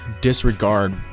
Disregard